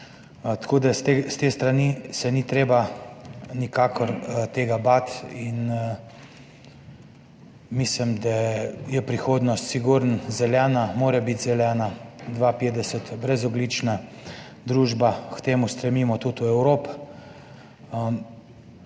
tako da se s te strani tega ni treba nikakor bati. Mislim, da je prihodnost sigurno zelena, mora biti zelena, 2050 je brezogljična družba, k temu stremimo tudi v Evropi.